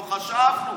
לא חשבנו.